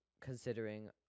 considering